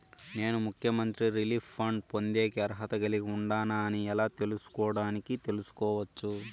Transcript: నేను ముఖ్యమంత్రి relief fund పొందేకి అర్హత కలిగి ఉండానా అని ఎలా తెలుసుకోవడానికి తెలుసుకోవచ్చు